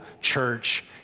church